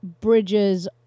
bridges